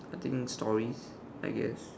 I think story I guess